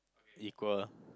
equal